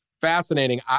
fascinating